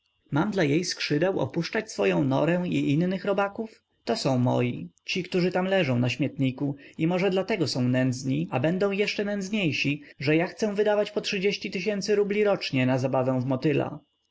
dla jej skrzydeł opuszczać swoję norę i innych robaków to są moi ci którzy leżą tam na śmietniku i może dlatego są nędzni a będą jeszcze nędzniejsi że ja chcę wydawać po trzydzieści tysięcy rubli rocznie na zabawę w motyla